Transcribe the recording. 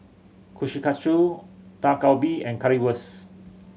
Kushikatsu Dak Galbi and Currywurst